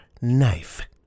knife